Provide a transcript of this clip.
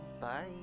Bye